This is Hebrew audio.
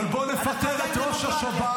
אבל בוא נפטר את ראש השב"כ,